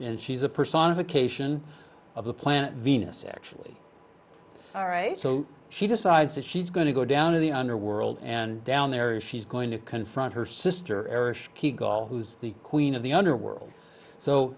and she's a personification of the planet venus actually all right so she decides that she's going to go down to the underworld and down there is she's going to confront her sister arish who's the queen of the underworld so